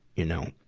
you know,